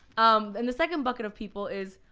um and the second bucket of people is,